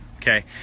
Okay